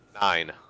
Nine